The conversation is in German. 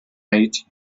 haiti